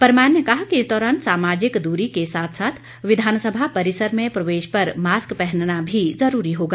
परमार ने कहा कि इस दौरान सामाजिक दूरी के साथ साथ विधानसभा परिसर में प्रवेश पर मास्क पहनना भी जरूरी होगा